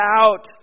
out